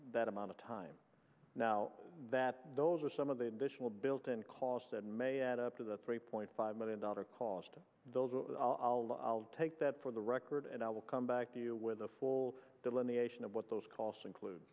that amount of time now that those are some of the additional built in costs that may add up to the three point five million dollar cost of those will take that for the record and i will come back to you with a full delineation of what those costs include